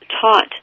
taught